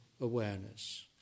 awareness